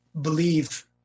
believe